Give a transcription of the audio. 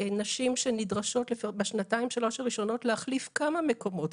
ישנן נשים שנדרשות בשנתיים שלוש הראשונות להחליף כמה מקומות,